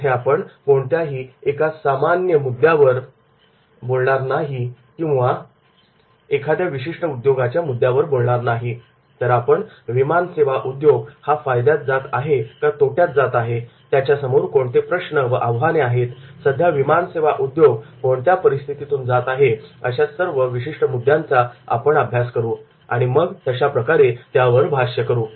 इथे आपण कोणत्याही सामान्य मुद्द्यावर बोलणार नाही किंवा एखाद्या विशिष्ट उद्योगाच्या मुद्द्यावर बोलणार नाही तर आपण विमान सेवा उद्योग हा फायद्यात जात आहे का तोट्यात जात आहे त्याच्यासमोर कोणते प्रश्न व आव्हाने आहेत सध्या विमानसेवा उद्योग कोणत्या परिस्थितीतून जात आहे अशा विशिष्ट मुद्द्यांचा आपण अभ्यास करू आणि मग तशा प्रकारे त्याच्यावर भाष्य करू